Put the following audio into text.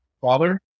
father